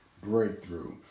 breakthrough